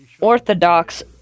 Orthodox